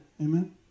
amen